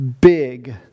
big